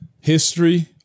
history